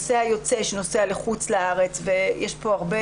וחצי, חודשיים, כשאנחנו מדברים